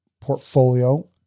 portfolio